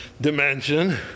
dimension